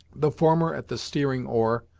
the former at the steering oar,